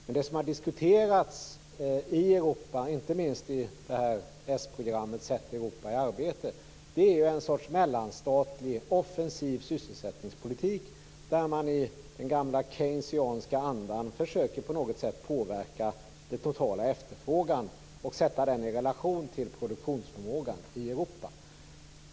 Men det som har diskuterats i Europa - inte minst i det här s-programmet Sätt Europa i arbete - är ju ett slags mellanstatlig, offensiv sysselsättningspolitik där man i den gamla Keynesianska andan försöker att på något sätt påverka den totala efterfrågan och sätta den i relation till produktionsförmågan i Europa.